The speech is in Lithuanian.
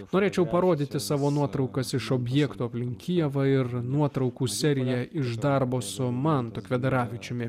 norėčiau parodyti savo nuotraukas iš objektų aplink kijevą ir nuotraukų seriją iš darbo su mantu kvedaravičiumi